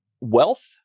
Wealth